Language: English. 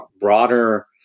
broader